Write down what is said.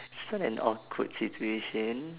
it's not an awkward situation